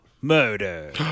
Murder